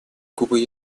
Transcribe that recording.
кубы